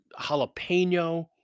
jalapeno